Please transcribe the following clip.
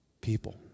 people